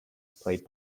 played